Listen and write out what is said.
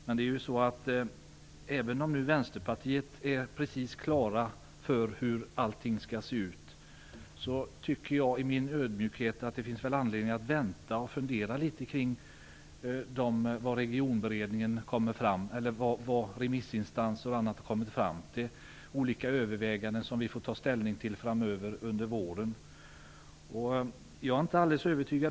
Men även om Vänsterpartiet är helt klart över hur allting skall se ut tycker jag i min ödmjukhet att det finns anledning att vänta och fundera litet över vad remissinstanser och andra har kommit fram till. Vi kommer att få ta ställning till olika överväganden framöver under våren.